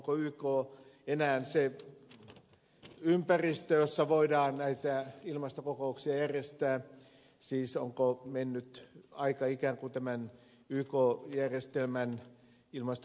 onko yk enää se ympäristö jossa voidaan näitä ilmastokokouksia järjestää siis onko aika ikään kuin mennyt tämän yk järjestelmän ilmastonmuutoskokousten ohitse